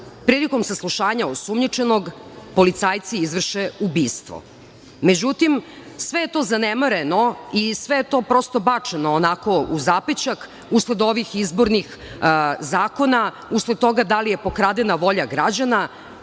prilikom saslušanja osumnjičenog policajci izvrše ubistvo. Međutim, sve je to zanemareno i sve je to prosto bačeno u zapećak usled ovih izbornih zakona, usled toga da li je pokradena volja građana.